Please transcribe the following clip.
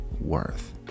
worth